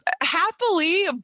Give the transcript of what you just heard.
happily